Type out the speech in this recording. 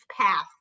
path